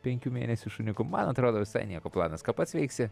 penkių mėnesių šuniuku man atrodo visai nieko planas ką pats veiksi